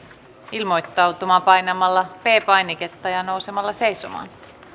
ilmoittautumaan painamalla p painiketta ja nousemalla seisomaan